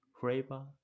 flavor